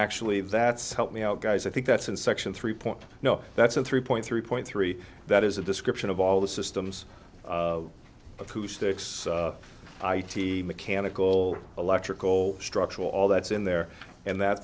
actually that's help me out guys i think that's in section three point zero that's a three point three point three that is a description of all the systems acoustics i t mechanical electrical structural all that's in there and that